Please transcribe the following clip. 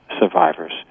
survivors